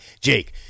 Jake